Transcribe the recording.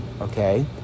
okay